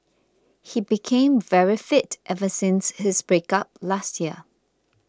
he became very fit ever since his breakup last year